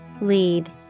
Lead